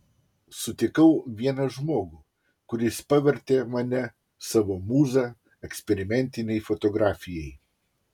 sutikau vieną žmogų kuris pavertė mane savo mūza eksperimentinei fotografijai